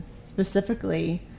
Specifically